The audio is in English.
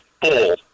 full